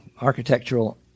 architectural